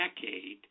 decade